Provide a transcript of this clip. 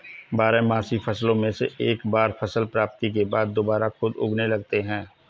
बारहमासी फसलों से एक बार फसल प्राप्ति के बाद दुबारा खुद उगने लगते हैं